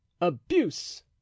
Abuse